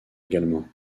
également